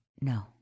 No